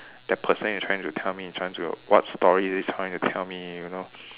that person is trying to tell me trying to what story is trying to tell me you know